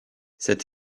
cette